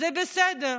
זה בסדר,